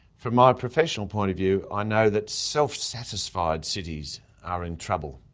from my professional point of view, i know that self-satisfied cities are in trouble.